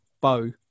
bow